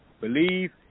Believe